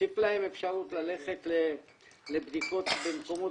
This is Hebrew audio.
מוסיף להן אפשרות ללכת לבדיקות במקומות